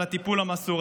על הטיפול המסור,